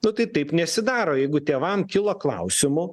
nu tai taip nesidaro jeigu tėvam kilo klausimų